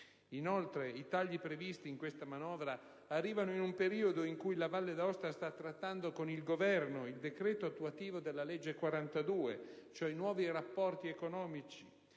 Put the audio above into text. Inoltre, i tagli previsti da questa manovra arrivano in un periodo in cui la Valle d'Aosta sta trattando con il Governo il decreto attuativo della legge n. 42, e quindi dei nuovi rapporti economici